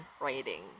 writing